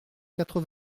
quatre